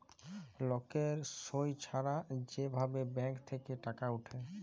লকের সই ছাড়া যে ভাবে ব্যাঙ্ক থেক্যে টাকা উঠে